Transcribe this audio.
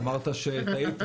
קראתי, שמעתי שאמרת שטעיתם,